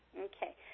Okay